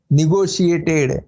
negotiated